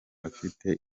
afite